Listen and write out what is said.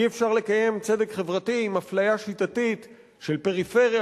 אי-אפשר לקיים צדק חברתי עם אפליה שיטתית של הפריפריה,